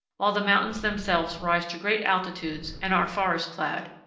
while the mountains themselves rise to great altitudes and are forest-clad.